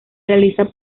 realiza